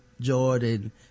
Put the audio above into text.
Jordan